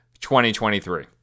2023